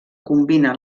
combina